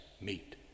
meet